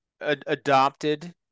adopted